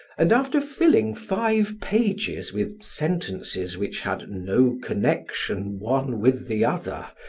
and after filling five pages with sentences which had no connection one with the other,